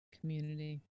Community